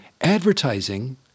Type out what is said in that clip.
Advertising